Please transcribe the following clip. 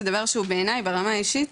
זה דבר שהוא בעיני ברמה האישית,